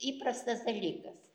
įprastas dalykas